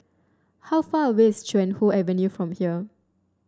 how far away is Chuan Hoe Avenue from here